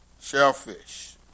shellfish